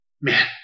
Man